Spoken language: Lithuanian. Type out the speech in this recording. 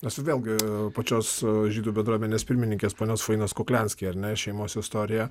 nors ir vėlgi pačios žydų bendruomenės pirmininkės ponios fainos kuklianski ar ne šeimos istorija